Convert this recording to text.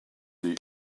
des